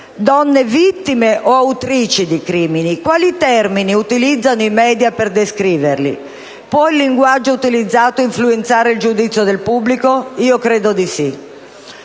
Donne vittime o autrici di crimini. Quali termini utilizzano i *media* per descriverli? Può il linguaggio utilizzato influenzare il giudizio del pubblico? Credo di sì.